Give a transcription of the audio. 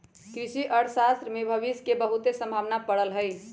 कृषि अर्थशास्त्र में भविश के बहुते संभावना पड़ल हइ